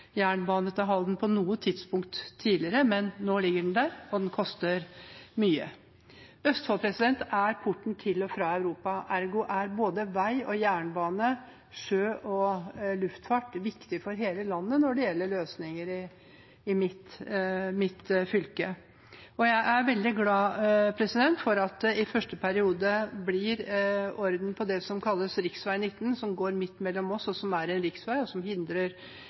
jernbane til Halden på noe tidspunkt tidligere. Men nå ligger den der, og den koster mye. Østfold er porten til og fra Europa, ergo er både vei og jernbane, sjø og luftfart viktig for hele landet når det gjelder løsninger i mitt fylke. Jeg er veldig glad for at det i første periode blir orden på det som kalles rv. 19 – som er en riksvei som går midt gjennom Moss, og som hindrer byutviklingen – og